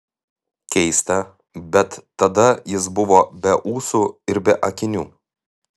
keista bet tada jis buvo be ūsų ir be akinių